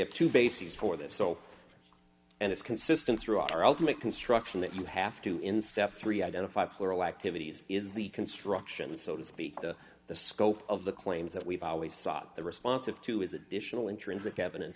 have two bases for this so and it's consistent throughout our ultimate construction that you have to in step three identify plural activities is the construction so to speak to the scope of the claims that we've always sought the response of to is additional intrinsic evidence